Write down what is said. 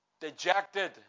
dejected